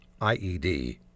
IED